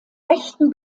rechten